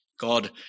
God